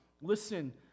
Listen